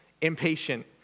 impatient